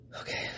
Okay